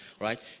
Right